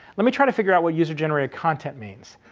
let me try to figure out what user-generated content means.